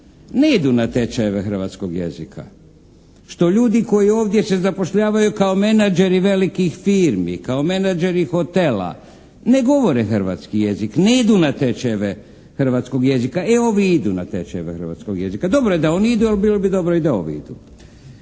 ne idu na tečajeve hrvatskog jezika, što ljudi koji ovdje se zapošljavaju kao menadžeri velikih firmi, kao menadžeri hotela ne govore hrvatski jezik, ne idu na tečajeve hrvatskog jezika. E ovi idu na tečajeve hrvatskog jezika. Dobro je da oni idu, ali bilo bi dobro da i ovi idu.